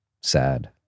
sad